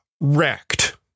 Wrecked